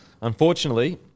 unfortunately